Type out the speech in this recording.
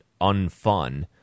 unfun